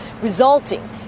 resulting